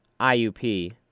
IUP